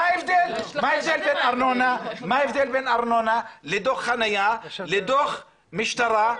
ההבדל בין ארנונה לדוח חניה לדוח משטרה?